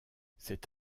c’est